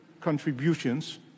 contributions